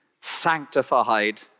sanctified